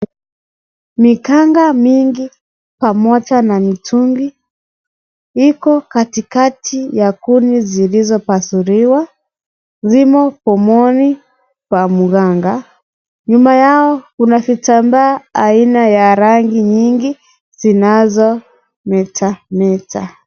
Mikanga mingi pamoja na mitungi iko katikati ya kuni zilizopasuliwa, zimo pomoni pa mganga. Nyuma yao kuna vitambaa aina ya rangi nyingi zinazometameta.